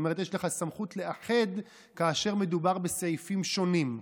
כלומר יש לך סמכות לאחד כאשר מדובר בסעיפים שונים.